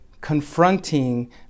confronting